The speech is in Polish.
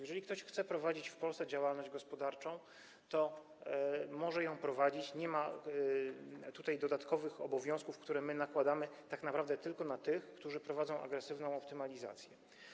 Jeżeli ktoś chce prowadzić w Polsce działalność gospodarczą, to może ją prowadzić, nie ma tutaj dodatkowych obowiązków, które nakładamy tak naprawdę tylko na tych, którzy prowadzą agresywną optymalizację.